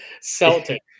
Celtic